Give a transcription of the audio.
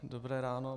Dobré ráno.